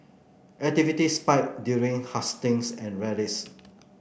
activity spike during hustings and rallies